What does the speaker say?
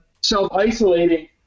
self-isolating